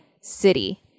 city